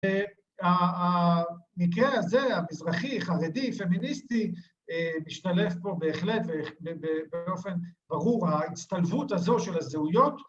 ‫המקרה הזה, המזרחי, חרדי, פמיניסטי, ‫משתלב פה בהחלט באופן ברור. ‫ההצטלבות הזו של הזהויות,